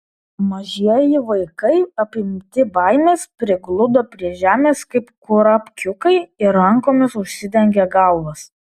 mažieji vaikai apimti baimės prigludo prie žemės kaip kurapkiukai ir rankomis užsidengė galvas